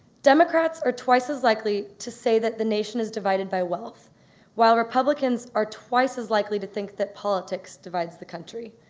democrats are twice as likely to say that the nation is divided by wealth while republicans are twice as likely to think that politics divides the country.